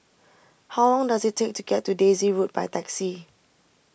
how long does it take to get to Daisy Road by taxi